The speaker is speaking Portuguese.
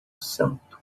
santo